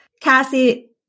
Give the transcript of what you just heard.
Cassie